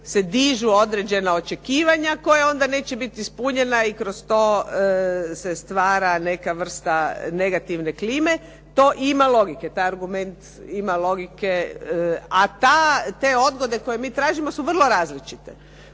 se dižu određena očekivanja koja onda neće biti ispunjena i kroz to se stvara neka vrsta negativne klime. To ima logike. Taj argument ima logike, a ta, te odgode koje mi tražimo su vrlo različite.